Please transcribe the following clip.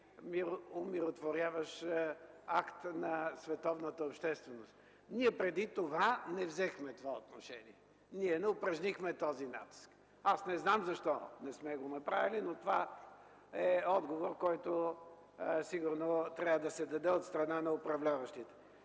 умиротворяващ акт на световната общественост. Преди това ние не взехме това отношение, ние не упражнихме този натиск. Не знам защо не сме го направили, но това е отговор, който сигурно трябва да се даде от страна на управляващите.